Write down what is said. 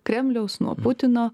kremliaus nuo putino